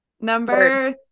number